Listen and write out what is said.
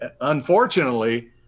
Unfortunately